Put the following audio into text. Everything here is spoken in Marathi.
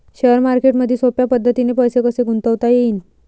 शेअर मार्केटमधी सोप्या पद्धतीने पैसे कसे गुंतवता येईन?